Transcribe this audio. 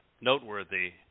noteworthy